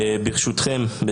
ברשותכם,